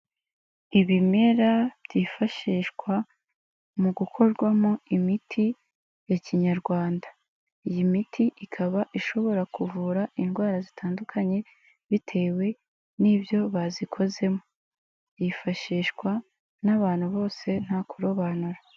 Ibimera byifashishwa mu gukorwamo imiti ya Kinyarwanda, iyi miti ikaba ishobora kuvura indwara zitandukanye bitewe n'ibyo bazikozemo, yifashishwa n'abantu bose nta kurobanura.